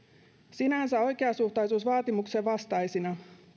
sinänsä oikeasuhtaisuusvaatimuksen vastaisina